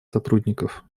сотрудников